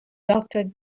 doctor